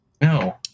no